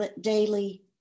daily